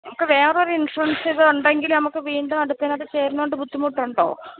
ഇപ്പോൾ വേറൊരു ഇൻഷുറൻസൂടെ ഉണ്ടങ്കിൽ നമുക്കു വീണ്ടും അടുത്തതിനകത്ത് ചേരുന്നതുകൊണ്ട് ബുദ്ധിമുട്ടുണ്ടോ